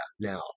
now